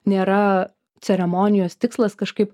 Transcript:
nėra ceremonijos tikslas kažkaip